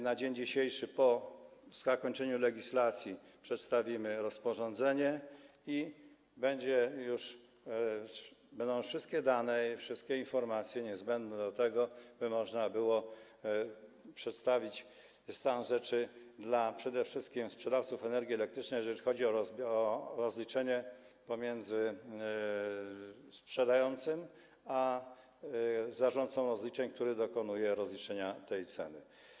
Na dzień dzisiejszy po zakończeniu legislacji przedstawimy rozporządzenie i będą już wszystkie dane, wszystkie informacje niezbędne do tego, by można było przedstawić stan rzeczy przede wszystkim sprzedawcom energii elektrycznej, jeżeli chodzi o rozliczenie pomiędzy sprzedającym a zarządcą rozliczeń, który dokonuje rozliczenia tej ceny.